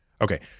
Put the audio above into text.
Okay